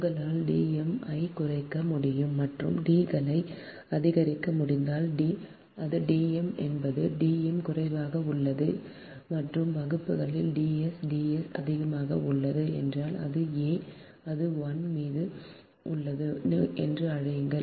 உங்களால் D m ஐ குறைக்க முடியும் மற்றும் D களை அதிகரிக்க முடிந்தால் அது D m என்பது d m குறைவாக உள்ளது மற்றும் வகுப்பில் D s D s அதிகமாக உள்ளது என்றால் அது a அது 1 மீது உள்ளது நீங்கள் அழையுங்கள்